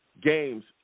games